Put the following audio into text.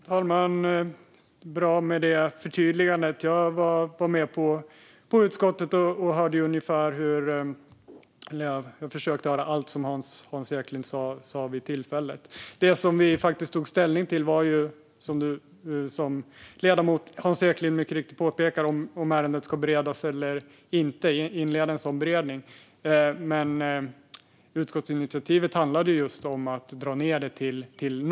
Fru talman! Det var bra med ett förtydligande. Jag var med på utskottet och försökte höra allt som Hans Eklind sa vid det tillfället. Det som vi faktiskt tog ställning till var mycket riktigt om ärendet skulle beredas eller inte. Men utskottsinitiativet handlade ju om att dra ned det till noll.